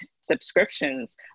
subscriptions